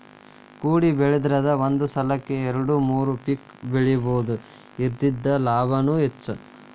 ಕೊಡಿಬೆಳಿದ್ರಂದ ಒಂದ ಸಲಕ್ಕ ಎರ್ಡು ಮೂರು ಪಿಕ್ ಬೆಳಿಬಹುದು ಇರ್ದಿಂದ ಲಾಭಾನು ಹೆಚ್ಚ